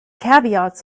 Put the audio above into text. caveats